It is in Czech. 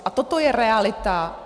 A toto je realita.